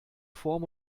form